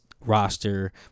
roster